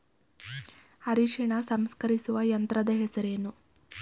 ಅರಿಶಿನ ಸಂಸ್ಕರಿಸುವ ಯಂತ್ರದ ಹೆಸರೇನು?